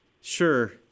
Sure